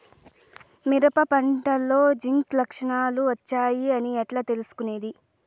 మిరప పంటలో జింక్ లక్షణాలు వచ్చాయి అని ఎట్లా తెలుసుకొనేది?